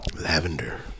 Lavender